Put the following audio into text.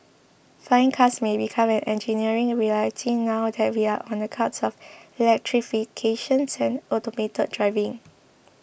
flying cars may become an engineering reality now that we are on the cusp of electrifications and automated driving